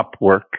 Upwork